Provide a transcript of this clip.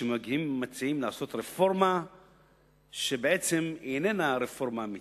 כשמגיעים ומציעים לעשות רפורמה שבעצם היא איננה רפורמה אמיתית.